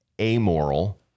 amoral